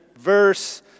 verse